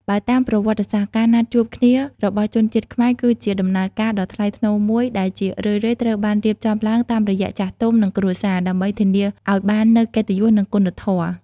បើតាមប្រវត្តិសាស្ត្រ ការណាត់ជួបគ្នារបស់ជនជាតិខ្មែរគឺជាដំណើរការដ៏ថ្លៃថ្នូរមួយ ដែលជារឿយៗត្រូវបានរៀបចំឡើងតាមរយៈចាស់ទុំ និងគ្រួសារ ដើម្បីធានាឱ្យបាននូវ "កិត្តិយស" និង "គុណធម៌"។